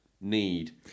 need